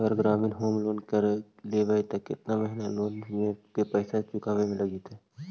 अगर ग्रामीण home loan लेबै त केतना महिना लोन के पैसा चुकावे में लग जैतै?